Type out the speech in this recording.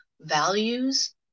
values